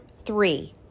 three